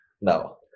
No